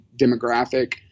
demographic